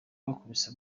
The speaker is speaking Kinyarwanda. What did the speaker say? bakubise